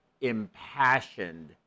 impassioned